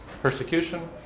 Persecution